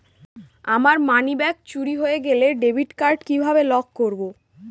আমার মানিব্যাগ চুরি হয়ে গেলে ডেবিট কার্ড কিভাবে লক করব?